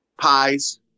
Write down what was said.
pies